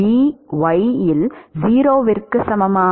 v y இல் 0க்கு சமமா